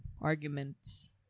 arguments